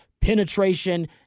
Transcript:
penetration